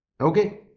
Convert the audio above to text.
Okay